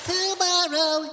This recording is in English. Tomorrow